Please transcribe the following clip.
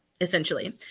essentially